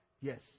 yes